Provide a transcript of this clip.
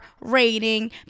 rating